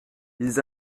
ils